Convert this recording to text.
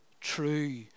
true